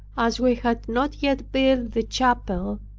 as we had not yet built the chapel,